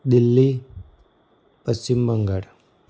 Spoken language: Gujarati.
દિલ્હી પશ્ચિમ બંગાળ